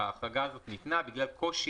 ההחרגה הזאת ניתנה בגלל קושי